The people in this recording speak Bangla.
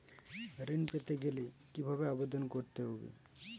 ঋণ পেতে গেলে কিভাবে আবেদন করতে হবে?